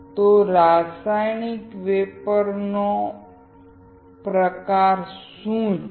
તો રાસાયણિક વેપોર નો પ્રકાર શું છે